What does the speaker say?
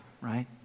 right